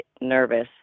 nervous